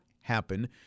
happen